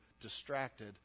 distracted